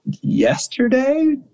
yesterday